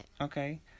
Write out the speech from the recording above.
Okay